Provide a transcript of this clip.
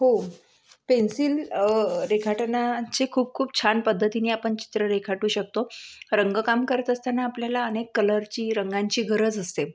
हो पेन्सिल रेखाटणाचे खूप खूप छान पद्धतीने आपण चित्र रेखाटू शकतो रंगकाम करत असताना आपल्याला अनेक कलरची रंगाची गरज असते